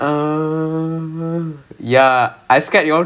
scared a bit scared they go a bit serious is it